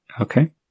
Okay